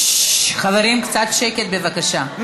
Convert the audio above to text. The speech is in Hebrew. בעד חברים, קצת שקט, בבקשה.